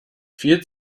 viel